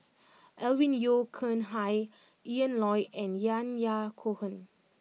Alvin Yeo Khirn Hai Ian Loy and Yahya Cohen